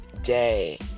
day